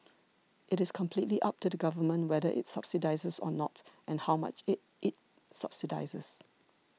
it is completely up to the Government whether it subsidises or not and how much it subsidises